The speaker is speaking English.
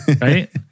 right